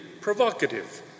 provocative